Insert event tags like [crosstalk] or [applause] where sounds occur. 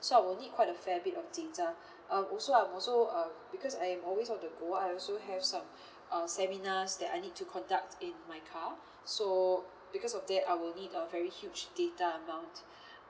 so I will need quite a fair bit of data [breath] um also I'm also uh because I'm always on the go I also have some [breath] uh seminars that I need to conduct in my car so because of that I will need a very huge data amount [breath]